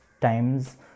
times